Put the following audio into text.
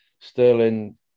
Sterling